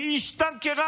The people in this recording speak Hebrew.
והיא השטנקרה